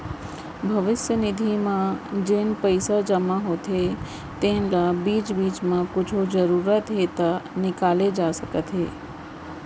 भविस्य निधि म जेन पइसा जमा होथे तेन ल बीच बीच म कुछु जरूरत हे त निकाले जा सकत हे